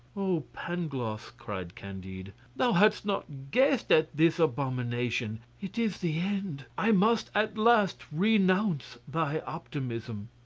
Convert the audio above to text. oh, pangloss! cried candide, thou hadst not guessed at this abomination it is the end. i must at last renounce thy optimism.